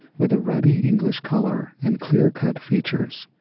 with a ruddy english colour and clear-cut features.